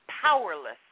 powerless